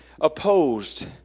opposed